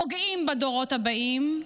פוגעים בדורות הבאים,